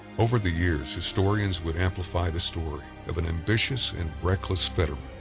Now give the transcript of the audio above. over the years historians would amplify the story of an ambitious and reckless fetterman.